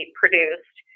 produced